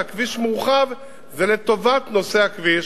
כשהכביש מורחב זה לטובת נוסעי הכביש,